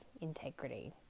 integrity